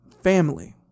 family